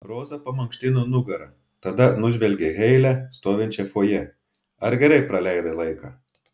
roza pamankštino nugarą tada nužvelgė heile stovinčią fojė ar gerai praleidai laiką